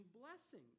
blessing